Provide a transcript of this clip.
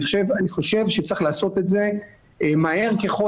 אני חושב שצריך לעשות את זה מהר ככל